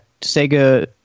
Sega